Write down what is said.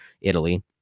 Italy